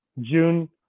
June